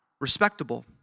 respectable